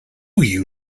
you